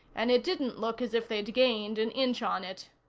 and it didn't look as if they'd gained an inch on it.